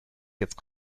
jetzt